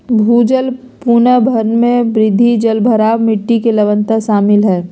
भूजल पुनर्भरण में वृद्धि, जलभराव, मिट्टी के लवणता शामिल हइ